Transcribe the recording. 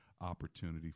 opportunity